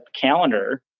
calendar